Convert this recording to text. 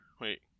wait